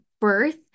birth